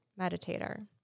meditator